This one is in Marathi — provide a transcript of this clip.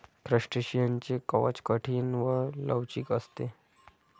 क्रस्टेशियनचे कवच कठीण व लवचिक असते